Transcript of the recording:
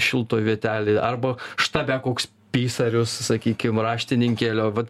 šiltoj vietelėj arba štabe koks pisarius sakykim raštininkėlio vat